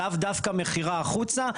לאו דווקא מכירה החוצה.